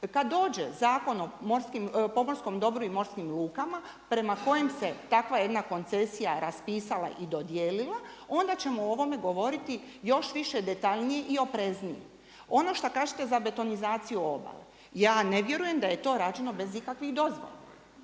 Kada dođe Zakon o pomorskom dobru i morskim lukama, prema kojem se takva jedna koncesija raspisala i dodijelila onda ćemo o ovome govoriti još više detaljnije i opreznije. Ono šta kažete za betonizaciju obale. Ja ne vjerujem da je to rađeno bez ikakvih dozvola.